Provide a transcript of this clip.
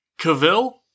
Cavill